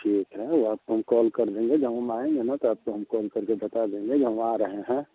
ठीक है आपको हम कॉल कर देंगे जब हम आएँगे ना तो आपको हम कॉल कर के बात देंगे कि हम आ रहे हैं